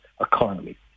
economy